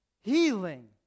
healing